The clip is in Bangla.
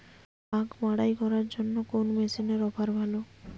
আখ মাড়াই করার জন্য কোন মেশিনের অফার ভালো?